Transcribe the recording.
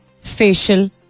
facial